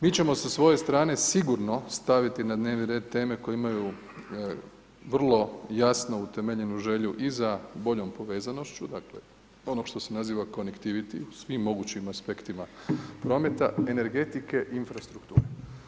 Mi ćemo sa svoje strane sigurno staviti na dnevni red teme koje imaju vrlo jasno utemeljenu želju i za boljom povezanošću, dakle, ono što ste naziva … u svim mogućim aspektima prometa, energetike i infrastrukture.